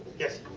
yes.